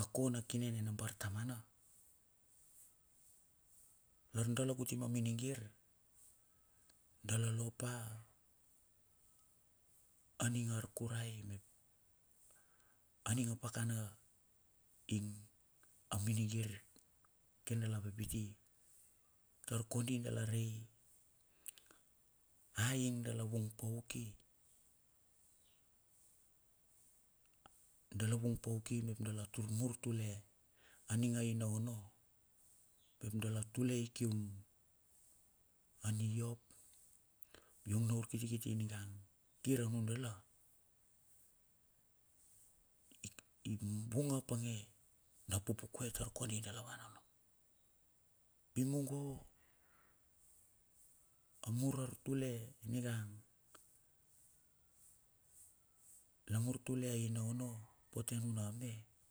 a ko nu kine na bartamana lar dala kuti ma minigir, dala lopa aning ar kurai mep aning a pakana ing a minigir kir dala pipit e. Tar kondi dala rei a ing dala vung pauke e dala vung pauki dala tur ma tule aning a ian onno mep dala mur talei kium, aniyop yong noi kiti kiti ningngang kir a nudala i vung a pange na pupukuai tar kondi da la van onno. Pi mungo a mur artule ningang la mur tule ainao no pote a nuna me.